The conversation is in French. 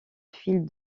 file